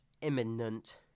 imminent